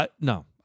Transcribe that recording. No